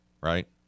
right